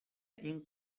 این